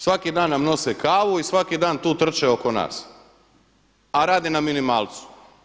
Svaki dan nam nose kavu i svaki dan tu trče oko nas, a rade na minimalcu.